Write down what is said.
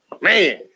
Man